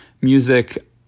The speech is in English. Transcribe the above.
music